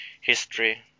history